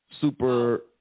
super